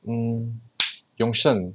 mm yong shen